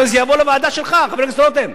הרי זה יבוא לוועדה שלך, חבר הכנסת רותם.